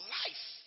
life